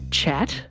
chat